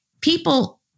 people